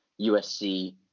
USC